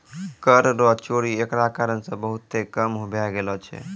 कर रो चोरी एकरा कारण से बहुत कम भै गेलो छै